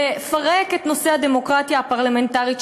לפרק את נושא הדמוקרטיה הפרלמנטרית,